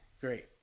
Great